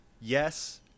yes